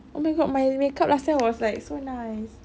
oh my god my makeup last time was like so nice